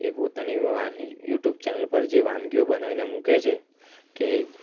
એ પોતાની YouTube channel પર જે વાનગીઓ બનાવીને મૂકે છે કે